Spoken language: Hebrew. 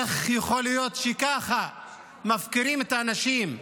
איך יכול להיות שככה מפקירים את האנשים,